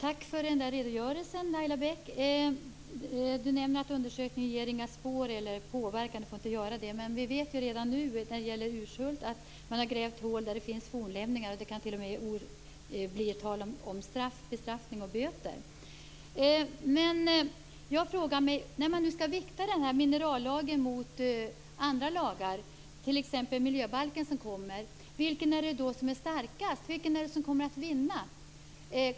Fru talman! Tack för redogörelsen! Laila Bäck nämner att undersökning inte får ge några spår eller göra någon påverkan. Men vi vet redan nu att man i Urshult har grävt hål där det finns fornlämningar och att det t.o.m. kan bli tal om bestraffning och böter. När man nu skall vikta minerallagen mot andra lagar, t.ex. den miljöbalk som kommer, frågar jag mig vilken då är starkast. Vilken kommer att vinna?